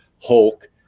Hulk